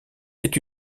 est